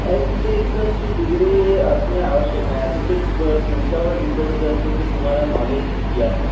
M टेकची डिग्री असणे आवश्यक नाही आता ते तुमच्यावर डिपेंड करते की तुम्हाला नॉलेज किती आहे